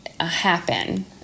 happen